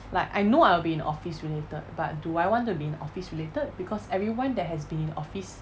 like I know I'll be in office related but do I want to be in office related because everyone that has been in office